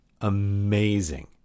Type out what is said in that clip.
amazing